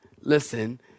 Listen